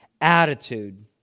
attitude